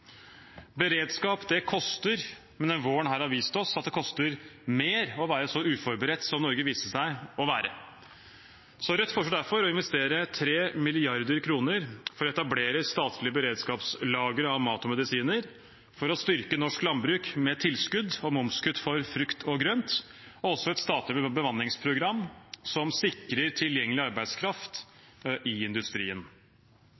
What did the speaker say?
koster, men denne våren har vist oss at det koster mer å være så uforberedt som Norge viste seg å være. Rødt foreslår derfor å investere 3 mrd. kr for å etablere et statlig beredskapslager av mat og medisiner, for å styrke norsk landbruk med tilskudd og momskutt for frukt og grønt, og også et statlig bemanningsprogram som sikrer tilgjengelig